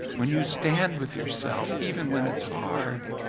when you stand with yourself, even when it's hard,